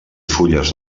fulles